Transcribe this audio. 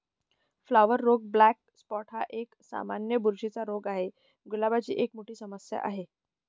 flower रोग black spot हा एक, सामान्य बुरशीचा रोग आहे, गुलाबाची एक मोठी समस्या आहे